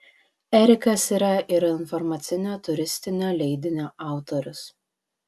erikas yra ir informacinio turistinio leidinio autorius